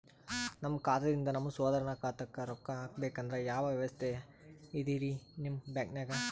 ನಮ್ಮ ಖಾತಾದಿಂದ ನಮ್ಮ ಸಹೋದರನ ಖಾತಾಕ್ಕಾ ರೊಕ್ಕಾ ಹಾಕ್ಬೇಕಂದ್ರ ಯಾವ ವ್ಯವಸ್ಥೆ ಇದರೀ ನಿಮ್ಮ ಬ್ಯಾಂಕ್ನಾಗ?